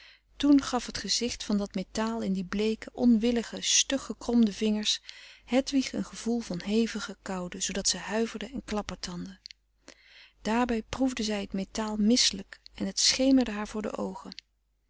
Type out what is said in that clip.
toen gaf het gezicht van dat metaal in die bleeke onwillige stug gekromde vingers hedwig een gevoel van hevige koude zoodat zij huiverde en klappertandde daarbij proefde zij het metaal misselijk en het schemerde haar voor de oogen